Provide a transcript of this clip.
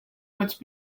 which